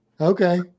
Okay